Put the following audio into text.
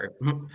right